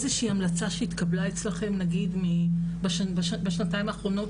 המלצה שהתקבלה אצלכם נגיד בשנתיים האחרונות,